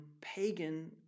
pagan